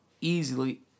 easily